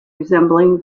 resembling